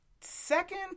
second